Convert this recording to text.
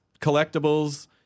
Collectibles